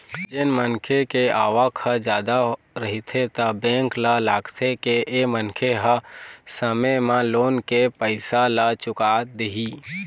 जेन मनखे के आवक ह जादा रहिथे त बेंक ल लागथे के ए मनखे ह समे म लोन के पइसा ल चुका देही